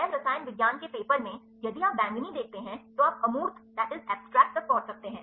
तो जैव रसायन विज्ञान के पेपर में यदि आप बैंगनी देखते हैं तो आप अमूर्त तक पहुंच सकते हैं